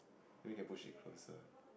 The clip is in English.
maybe you can push it closer